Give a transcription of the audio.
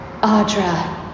Audra